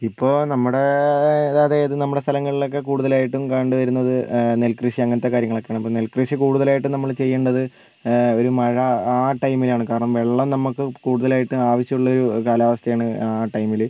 ഇപ്പോൾ നമ്മുടെ അതായത് നമ്മുടെ സ്ഥലങ്ങളിലക്കെ കൂടുതലായിട്ടും കണ്ടുവരുന്നത് നെൽക്കൃഷി അങ്ങനത്തെ കാര്യങ്ങളൊക്കെയാണ് അപ്പോൾ നെൽക്കൃഷി കൂടുതലായിട്ടും നമ്മൾ ചെയ്യേണ്ടത് ഒരു മഴ ആ ടൈമിലാണ് കാരണം വെള്ളം നമുക്ക് കൂടുതലായിട്ടും ആവശ്യം ഉള്ളൊരു കാലാവസ്ഥയാണ് ആ ടൈമിൽ